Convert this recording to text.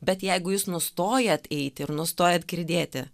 bet jeigu jūs nustojat eiti ir nustojat girdėti